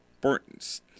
sports